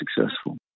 successful